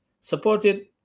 supported